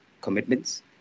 commitments